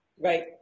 Right